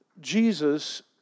Jesus